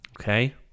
Okay